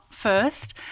First